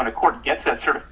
when a court gets that sort of